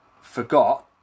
forgot